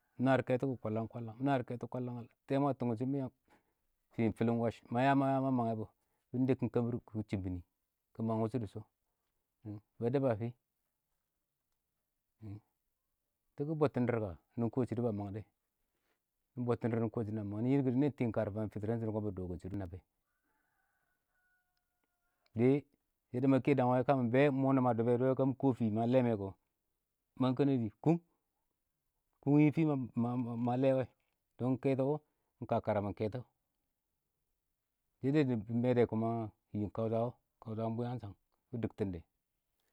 ﻿naar kɛto kɔ kwallang-kwallang, naar kɛtɔ kɔ kwallan-kwallang, tɛɛ mwɛ a tʊngʊn, shɪn mɪ yan fɪ ɪng fɪlɪn wash ma ya ma ya, ma mange bɔ, bɪ nɛbkɪn kɛmbɪr kʊ kɪ chɪb mɪnɪ. kɪ mang wʊshɔ dɪ shɔ, ba dəb a fɪ dɪ kɪ bɔbtɪn dɪrr, nɪ kɔ shɪdo ba mang dɛ, nɪ bɔttɪn dɪrr nɪ kɔ shɪdɔ na mangdɛ. yɪn kɪdɪ, nɪ tɪ ɪng kaar fa, ɪng fɪtɪrɛ, kɔn nɪ dɔ wɛ ka, kɔn nɪ dɔ wɛ shɪdɔ na chab dɛ, dɪ ma kɛ dang wɛ, kɪ mɪ bɛ, mɔ ma nama dʊ bɛ dʊwɛ, ka mɪ kɔ fɪ ma lɛɛ kɛ kɔ, mang kɛnɛdɪ kung yɪ fɪ ma lɛ wɛ to dɔn kɛtɔ wɔ ɪng ka karamɪn kɛtɔ dide nɪ mɛ dɛ kuma yɪɪn kausha, niin kausha ɪng bwɪyang shang, bɪ dɪktɪn dɛ